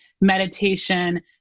meditation